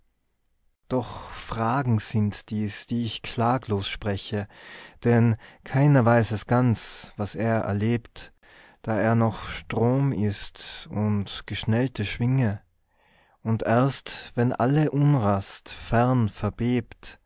doch fragen sind dies die ich klaglos spreche denn keiner weiß es ganz was er erlebt da er noch strom ist und geschnellte schwinge und erst wenn alle unrast fern